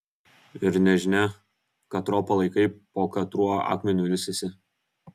ir nežinia katro palaikai po katruo akmeniu ilsisi